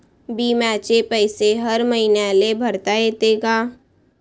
बिम्याचे पैसे हर मईन्याले भरता येते का?